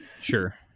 Sure